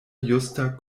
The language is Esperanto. justa